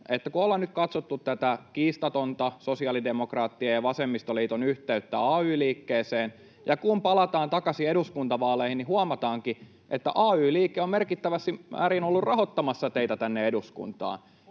Kun ollaan nyt katsottu tätä kiistatonta sosiaalidemokraattien ja vasemmistoliiton yhteyttä ay-liikkeeseen ja kun palataan takaisin eduskuntavaaleihin, huomataankin, että ay-liike on merkittävässä määrin ollut rahoittamassa teitä tänne eduskuntaan.